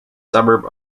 suburb